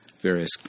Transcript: various